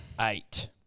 eight